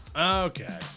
Okay